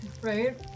Right